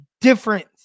different